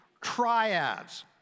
triads